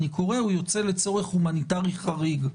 אני קורא: הוא יוצא לצורך הומניטרי חריג.